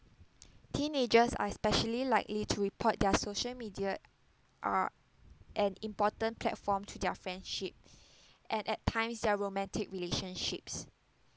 teenagers are especially likely to report their social media are an important platform to their friendship and at times their romantic relationships